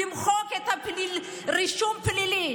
למחוק את הרישום הפלילי.